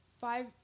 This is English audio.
five